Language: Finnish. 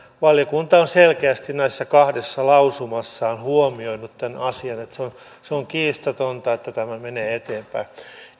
valiokunta on selkeästi näissä kahdessa lausumassaan huomioinut tämän asian että se on se on kiistatonta että tämä menee eteenpäin